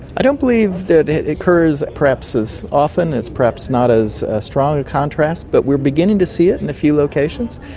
i don't believe that it occurs perhaps as often, it's perhaps not as strong a contrast, but we're beginning to see it in a few locations,